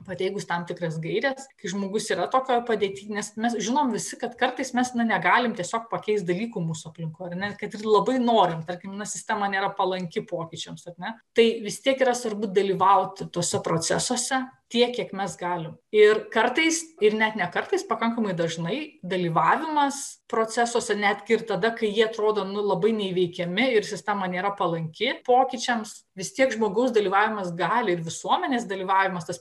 pateikus tam tikras gaires kai žmogus yra tokioj padėty nes mes žinom visi kad kartais mes nu negalim tiesiog pakeist dalykų mūsų aplinkoj ar ne kad ir labai norint tarkim na sistema nėra palanki pokyčiams ar ne tai vis tiek yra svarbu dalyvauti tuose procesuose tiek kiek mes galim ir kartais ir net ne kartais pakankamai dažnai dalyvavimas procesuose netgi ir tada kai jie atrodo nu labai neįveikiami ir sistema nėra palanki pokyčiams vis tiek žmogaus dalyvavimas gali ir visuomenės dalyvavimas tas